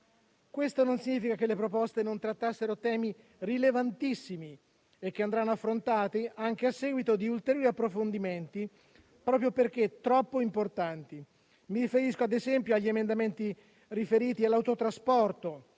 Questo non significa che le proposte non trattassero temi rilevantissimi, che andranno affrontati anche a seguito di ulteriori approfondimenti, proprio perché troppo importanti. Mi riferisco, ad esempio, agli emendamenti riferiti all'autotrasporto,